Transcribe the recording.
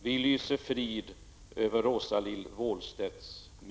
Vi lyser frid över Rosa